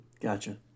Gotcha